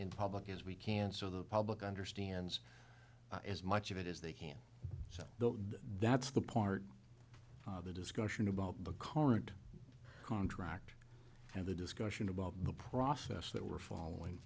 public as we can so the public understands as much of it is they can so that's the part of the discussion about the current contract and the discussion about the process that we're following